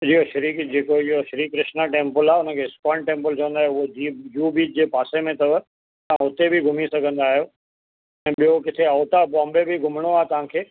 इहो श्री जेको इहो श्री कृष्ण टेंपल आहे उन खे इस्कोन टेंपल चवंदा आहियूं इहो जूहू बीच जे पासे में अथव तव्हां हुते बि घूमी सघंदा आहियो ऐं ॿियो किथे आउट ऑफ बाम्बे बि घुमणो आहे तव्हां खे